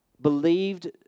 believed